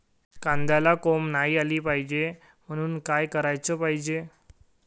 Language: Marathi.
कांद्याला कोंब नाई आलं पायजे म्हनून का कराच पायजे?